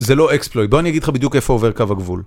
זה לא אקספלויט, בוא אני אגיד לך בדיוק איפה עובר קו הגבול